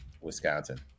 Wisconsin